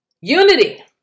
unity